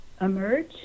emerge